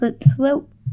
slope